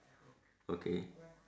okay